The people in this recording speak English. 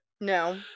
No